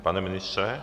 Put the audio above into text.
Pane ministře?